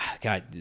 God